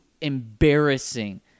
embarrassing